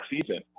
season